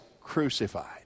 crucified